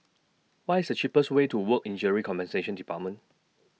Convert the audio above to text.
What IS The cheapest Way to Work Injury Compensation department